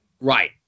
Right